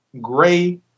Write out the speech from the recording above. gray